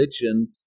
religion